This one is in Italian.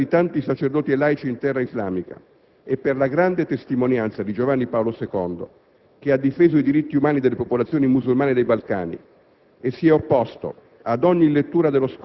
La Chiesa cattolica, per l'opera di tanti sacerdoti e laici in terra islamica e per la grande testimonianza di Giovanni Paolo II, che ha difeso i diritti umani delle popolazioni musulmane dei Balcani